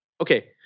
okay